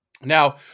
Now